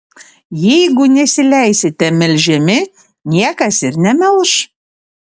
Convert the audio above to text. jeigu nesileisite melžiami niekas ir nemelš